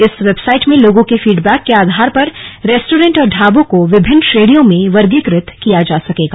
इस वेबसाइट में लोगों के फीडबैक के आधार पर रेस्टोरेंट और ढाबों को विभिन्न श्रेणीयों में वर्गीकृत किया जा सकेगा